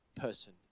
person